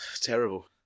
Terrible